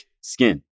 skin